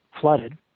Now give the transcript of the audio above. flooded